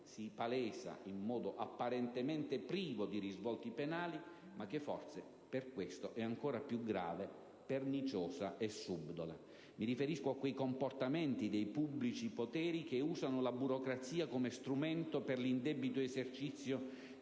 si palesa in modo apparentemente privo di risvolti penali, ma che forse per questo è ancora più grave, perniciosa e subdola. Mi riferisco a quei comportamenti dei pubblici poteri che usano la burocrazia come strumento per l'indebito esercizio